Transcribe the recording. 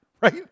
right